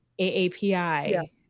AAPI